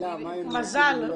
מזל.